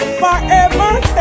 forever